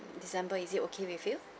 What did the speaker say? december is it okay with you